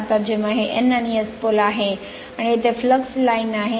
आता जेव्हा हे N आणि S pole आहे आणि येथे फ्लक्स लाइन आहे